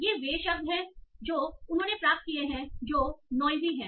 ये वे शब्द हैं जो उन्होंने प्राप्त किए हैं जो नॉइसी हैं